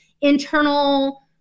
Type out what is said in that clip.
internal